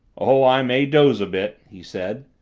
oh, i may doze a bit, he said.